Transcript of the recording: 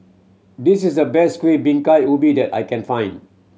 this is the best Kuih Bingka Ubi that I can find